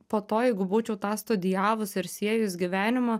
po to jeigu būčiau tą studijavus ir siejus gyvenimą